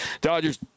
Dodgers